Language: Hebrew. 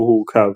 הוא הורכב.